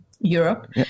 Europe